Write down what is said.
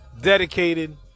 dedicated